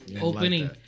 opening